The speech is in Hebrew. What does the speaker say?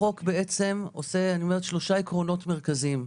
החוק בעצם עושה, אני אומרת שלושה עקרונות מרכזיים?